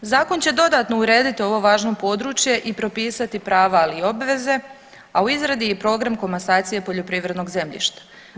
Zakon će dodatno uredit ovo važno područje i propisati prava, ali i obveze, a u izradi i program komasacije poljoprivrednog zemljišta.